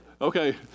Okay